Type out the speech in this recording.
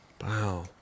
wow